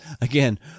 again